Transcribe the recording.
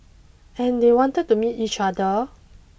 and they wanted to meet each other